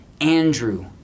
Andrew